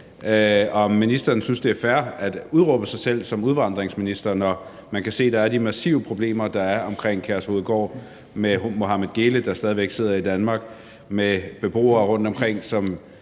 ministeren synes, det er fair at udråbe sig selv som udvandringsminister, når man kan se, at der er massive problemer omkring Kærshovedgård med Mohamed Geele, der stadig væk sidder i Danmark, og med beboere rundtomkring, hvor